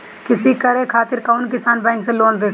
कृषी करे खातिर कउन किसान बैंक से लोन ले सकेला?